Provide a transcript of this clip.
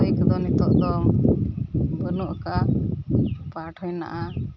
ᱱᱤᱛᱚᱜ ᱫᱚ ᱵᱟᱹᱱᱩᱜ ᱟᱠᱟᱜᱼᱟ ᱯᱟᱴ ᱦᱮᱱᱟᱜᱼᱟ